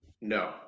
no